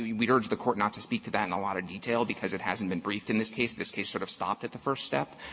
we we urge the court not to speak to that in a lot of detail because it hasn't been briefed in this case. this case sort of stopped at the first step.